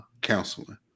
counseling